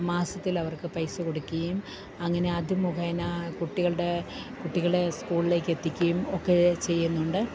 മാസത്തിലവർക്കു പൈസ കൊടുക്കുകയും അങ്ങനെ അതു മുഖേന കുട്ടികളുടെ കുട്ടികളെ സ്കൂളിലേക്ക് എത്തിക്കുകയും ഒക്കെ ചെയ്യുന്നുണ്ട്